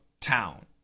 town